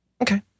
Okay